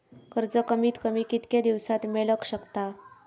कर्ज कमीत कमी कितक्या दिवसात मेलक शकता?